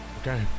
Okay